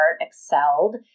excelled